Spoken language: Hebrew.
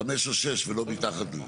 חמש או שש, ולא מתחת לזה.